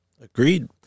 Agreed